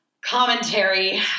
commentary